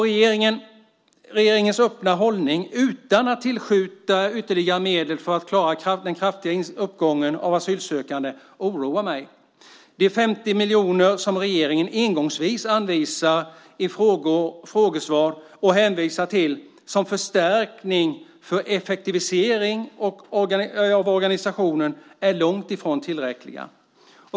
Regeringens öppna hållning, utan tillskott av ytterligare medel för att klara en kraftig uppgång av asylsökande, oroar mig. Det engångsbelopp på 50 miljoner som regeringen anvisar och i frågesvar hänvisar till som förstärkning för effektivisering av organisationen är långt ifrån tillräckligt.